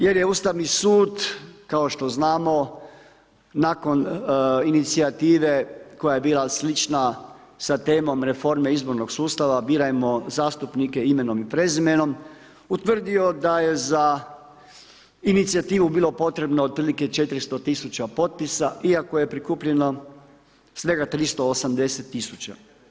Jer je Ustavni sud, kao što znamo nakon inicijative, koja je bila slična sa temom reforme izbornog sustava, birajmo zastupnike imenom i prezimenom, utvrdio da je za inicijativu bilo potrebno otprilike 400000 potpisa iako je prikupljeno svega 380000.